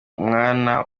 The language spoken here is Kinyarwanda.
umwana